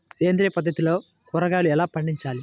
సేంద్రియ పద్ధతిలో కూరగాయలు ఎలా పండించాలి?